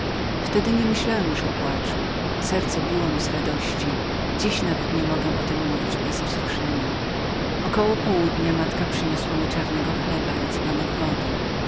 wtedy nie myślałem już o płaczu serce biło mi z radości dziś nawet nie mogę o tem mówić bez wzruszenia około południa matka moja przyniosła mi czarnego chleba i dzbanek wody